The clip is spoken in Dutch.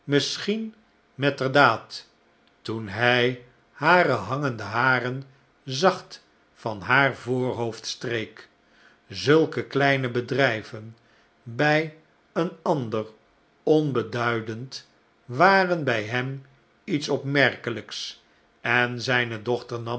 misschien metterdaad toen hij hare hangende haren zacht van haar voorhoofd streek zulke kleine bedrijven bij een ander onbeduidend waren bij hem iets opmerkelijks en zijne dochter